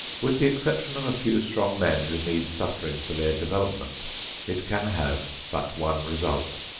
with the exception of a few strong men who need suffering for their development it can have but one result.